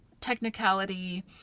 technicality